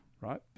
Right